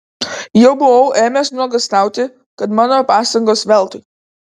jau buvau ėmęs nuogąstauti kad mano pastangos veltui